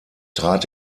trat